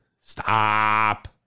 Stop